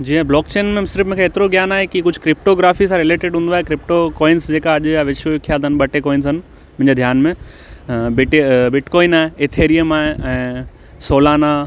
जीअं ब्लॉकचेन में सिर्फ़ु मूंखे एतिरो ज्ञान आहे की कुझु क्रिप्टोग्राफ़ी सां रिलेटिड हूंदो आहे क्रिप्टो कॉइन्स जेका अॼु जा विश्व विख्यात आहिनि ॿ टे कॉइन्स आहिनि मुंहिंजे ध्यानु में बिट बिट कॉइन आहे एथेरियम आहे ऐं सोलाना